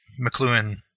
McLuhan